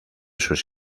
sus